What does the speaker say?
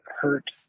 hurt